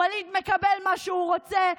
ווליד מקבל מה שהוא רוצה,